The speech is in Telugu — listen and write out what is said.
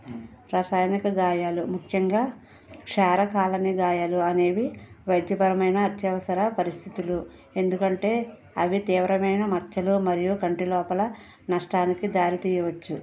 రసాయనిక గాయాలు ముఖ్యంగా క్షారకాలని గాయాలు అనేవి వైద్యపరమైన అత్యవసర పరిస్థితులు ఎందుకంటే అవి తీవ్రమైన మచ్చలు మరియు కంటిలోపల నష్టానికి దారి తీయవచ్చు